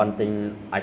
so how about you